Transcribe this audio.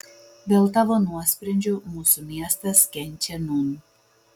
dėl tavo nuosprendžio mūsų miestas kenčia nūn